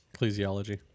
ecclesiology